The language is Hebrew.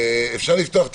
אבל אני מבקש שוב,